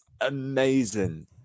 amazing